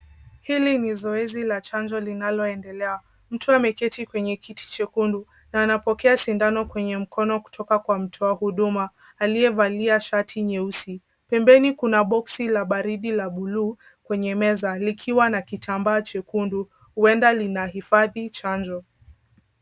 Hili ni zoezi la chanjo linaloendelea. Mtu ameketi kwenye kiti chekundu na anapokea sindano kwenye mkono kutoka kwa mtu wa huduma aliyevalia shati nyeusi. Pembeni kuna boxi la baridi la bluu kwenye meza likiwa na kitambaa chekundu, huenda linahifadhi chanjo.